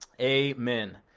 amen